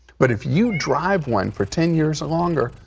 but if you drive one for ten years or longer,